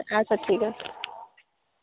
আচ্ছা ঠিক আছে